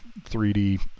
3d